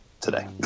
today